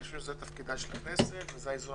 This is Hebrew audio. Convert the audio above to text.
אני חושב שזה תפקידה של הכנסת וזה האיזון